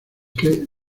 que